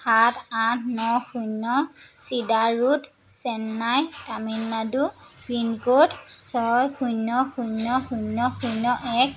সাত আঠ ন শূন্য cedar road Chennai Tamil Nadu pincode ছয় শূন্য শূন্য শূন্য শূন্য এক